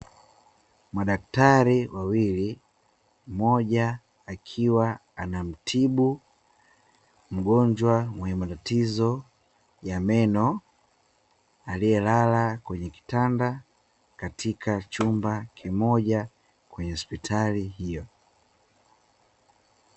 Madaktari wawili, mmoja akiwa anamtibu mgonjwa mwenye matatizo ya meno, aliyelala kwenye kitanda katika chumba kimoja kwenye hospitali hiyo.